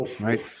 Right